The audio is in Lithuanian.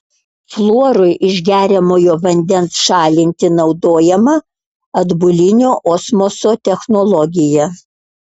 fluorui iš geriamojo vandens šalinti naudojama atbulinio osmoso technologija